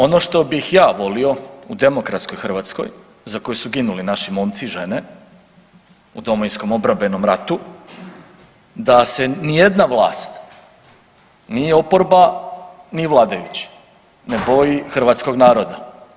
Ono što bih ja volio u demokratskoj Hrvatskoj za koju su ginuli naši momci i žene u Domovinskom obrambenom ratu da se nijedna vlast ni oporba, ni vladajući ne boji hrvatskog naroda.